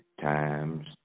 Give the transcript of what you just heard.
times